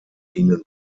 ihnen